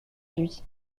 lui